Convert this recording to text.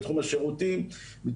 בתחום השירותים,